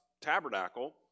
tabernacle